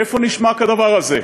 איפה נשמע כדבר הזה?